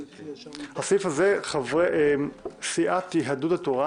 הסעיף הזה, חברי סיעת יהדות התורה,